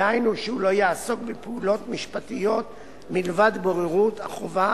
דהיינו שהוא לא יעסוק בפעולות משפטיות מלבד בוררות החובה